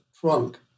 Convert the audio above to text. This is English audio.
trunk